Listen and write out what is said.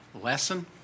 Lesson